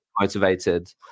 motivated